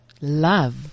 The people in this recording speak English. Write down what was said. love